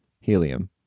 Helium